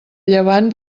llevant